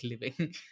living